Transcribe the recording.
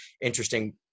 interesting